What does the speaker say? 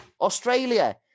Australia